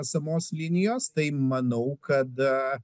esamos linijos tai manau kad